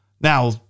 Now